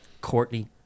Courtney